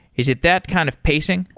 is it that kind of pacing?